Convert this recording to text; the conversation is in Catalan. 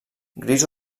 gris